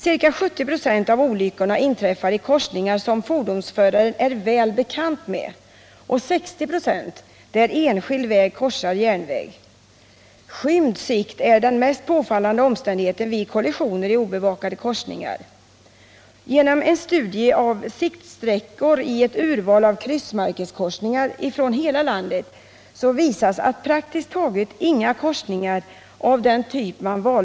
Ca 70 96 av olyckorna inträffar i korsningar som fordonsförarna är väl bekanta med och 60 96 där enskild väg korsar järnväg. Skymd sikt är den mest påfallande omständigheten vid kollisioner i obevakade korsningar. Genom en studie av siktsträckor i ett urval av kryssmärkeskorsningar från hela landet visas att praktiskt taget inga korsningar hade ”fri sikt”.